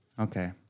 Okay